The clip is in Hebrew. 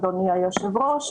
אדוני היושב-ראש,